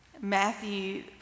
Matthew